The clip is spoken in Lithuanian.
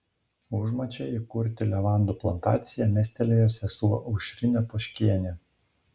užmačią įkurti levandų plantaciją mestelėjo sesuo aušrinė poškienė